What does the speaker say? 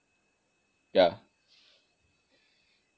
yah